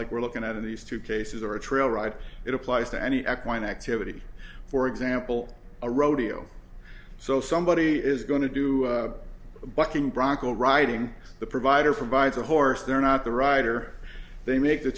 like we're looking at of these two cases or a trail ride it applies to any act one activity for example a rodeo so somebody is going to do a bucking bronco riding the provider for vides a horse they're not the rider they make the